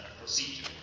procedure